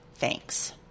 Thanks